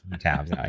tabs